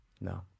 No